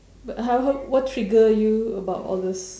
but what trigger you about all these